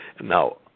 Now